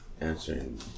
answering